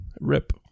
Rip